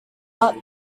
but